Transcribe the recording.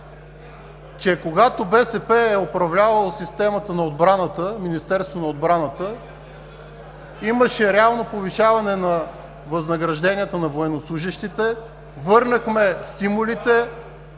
че когато БСП е управлявала системата на отбраната, Министерството на отбраната, имаше реално повишаване възнагражденията на военнослужещите, върнахме стимулите